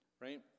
right